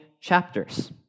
chapters